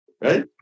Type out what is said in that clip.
Right